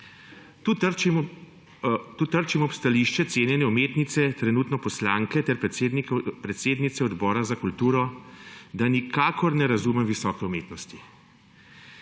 Tukaj trčim ob stališče cenjene umetnice, trenutno poslanke ter predsednice Odbora za kulturo, da nikakor ne razumem visoke umetnosti.